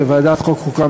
לוועדת החוקה,